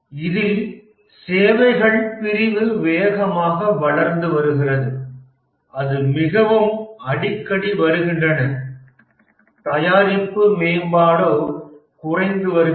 இதில் சேவைகள் பிரிவு வேகமாக வளர்ந்து வருகிறது அது மிகவும் அடிக்கடி வருகின்றன தயாரிப்பு மேம்பாடோ குறைந்து வருகிறது